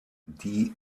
die